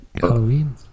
Halloween